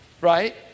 right